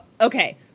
okay